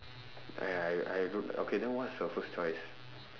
!aiya! I I don't okay then what's your first choice